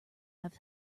have